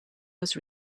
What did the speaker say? was